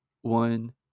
one